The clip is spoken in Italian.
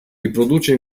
riproduce